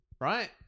right